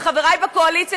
חבריי בקואליציה,